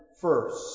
first